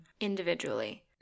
individually